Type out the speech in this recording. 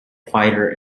quieter